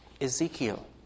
Ezekiel